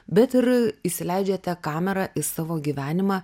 bet ir įsileidžiate kamerą į savo gyvenimą